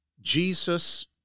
Jesus